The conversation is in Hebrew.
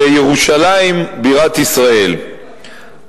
בירושלים בירת ישראל.